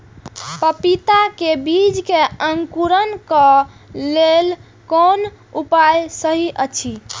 पपीता के बीज के अंकुरन क लेल कोन उपाय सहि अछि?